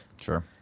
Sure